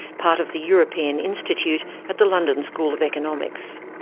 part of the european institute at the london school of economics.